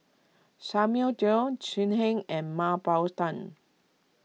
Samuel Dyer So Heng and Mah Bow Tan